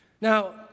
Now